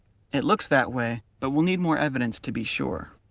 it looks that way but we'll need more evidence to be sure.